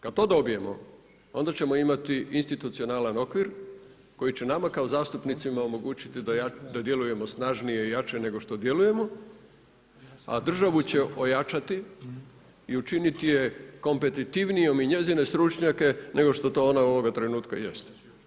Kada to dobijemo onda ćemo imati institucionalan okvir koji će nama kao zastupnicima omogućiti da djelujemo snažnije i jače nego što djelujemo, a državu će ojačati i učiniti je kompetitivnijom i njezine stručnjake nego što to ona ovoga trenutka jest.